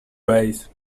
vase